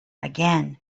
again